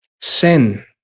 sin